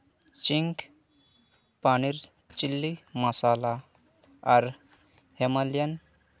Ching's paneer chili masala ᱟᱨ Himalayan